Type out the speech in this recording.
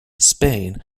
spain